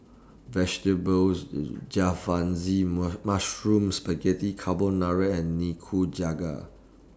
Vegetables Jalfrezi Mushroom Spaghetti Carbonara and Nikujaga